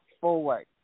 forward